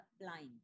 blind